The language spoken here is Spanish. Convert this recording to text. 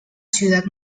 ciudad